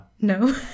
No